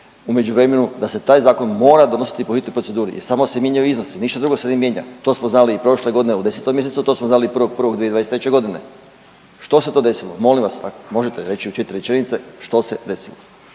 međuvremenu da se taj zakon mora donositi po hitnoj proceduri jer samo se mijenjaju iznosi, ništa drugo se ne mijenja. To smo znali i prošle godine u 10 mjesecu, to smo znali i 1.1.2023. godine. Što se to desilo? Molim vas ako možete reći u 4 rečenice što se desilo?